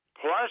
Plus